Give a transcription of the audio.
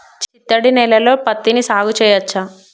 చిత్తడి నేలలో పత్తిని సాగు చేయచ్చా?